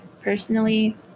personally